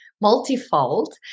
Multifold